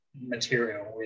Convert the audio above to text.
material